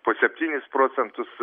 po septynis procentus